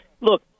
look